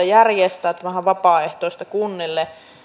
tämähän on vapaaehtoista kunnille